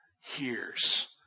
hears